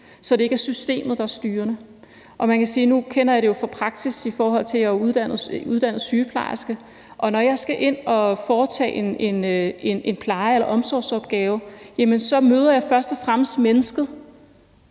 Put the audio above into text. så det ikke er systemet, der er styrende. Man kan jo sige, at jeg nu kender det fra praksis, i forhold til at jeg er uddannet sygeplejerske, og når jeg skal ind og foretage en pleje- eller omsorgsopgave, møder jeg først og fremmest mennesket